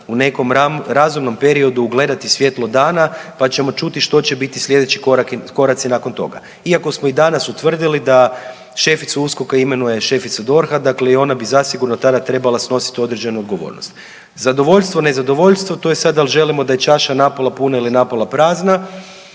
u nekom razumnom periodu ugledati svjetlo dana pa ćemo čuti što će biti sljedeći koraci nakon toga. Iako smo i danas utvrdili da šeficu USKOK-a imenuje šefica DORH-a i ona bi zasigurno tada trebala snositi određenu odgovornost. Zadovoljstvo, nezadovoljstvo to je sada dal želimo da je čaša napola puna ili napola prazna.